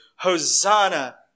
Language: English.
Hosanna